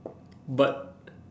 but